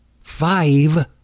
five